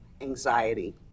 anxiety